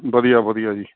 ਵਧੀਆ ਵਧੀਆ ਜੀ